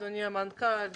אדוני המנכ"ל,